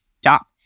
stop